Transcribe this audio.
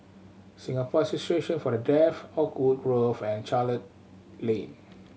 Singapore Association For The Deaf Oakwood Grove and Charlton Lane